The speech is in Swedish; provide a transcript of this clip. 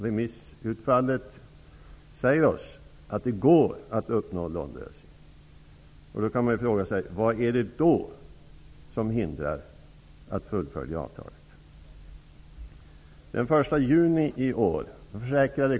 Remissutfallet säger oss att det går att uppnå en nollösning. Därför kan man fråga sig: Vad är det då som hindrar oss att fullfölja avtalet?